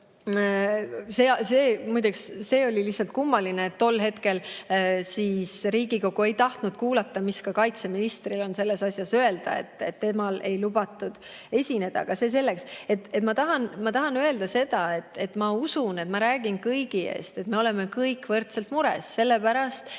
see oli lihtsalt kummaline, et tol hetkel Riigikogu ei tahtnud kuulata, mis kaitseministril on selles asjas öelda. Temal ei lubatud esineda. Aga see selleks. Ma tahan öelda seda, et ma usun, et ma räägin kõigi eest, et me oleme kõik võrdselt mures. Meie ajalugu